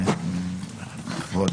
כבוד